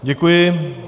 Děkuji.